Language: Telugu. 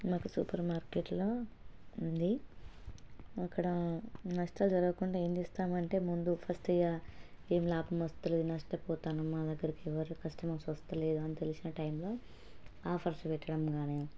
మాకు సూపర్ మార్కెట్లో ఉంది అక్కడ నష్టం జరగకుండా ఏం చేస్తాము అంటే ముందు ఫస్ట్ ఇంకా ఏం లాభం వస్తలేదు నష్టపోతున్నాము మా దగ్గరకి ఎవరు కష్టమర్స్ వస్తలేరు అని తెలిసిన టైమ్ల ఆఫర్స్ పెట్టడం కానీ